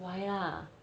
why lah